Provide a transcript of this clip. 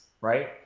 right